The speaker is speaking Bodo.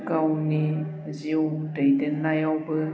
गावनि जिउ दैदेननायावबो